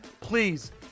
Please